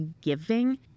giving